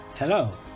Hello